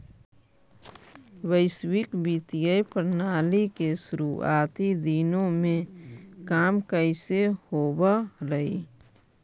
वैश्विक वित्तीय प्रणाली के शुरुआती दिनों में काम कैसे होवअ हलइ